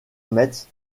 metz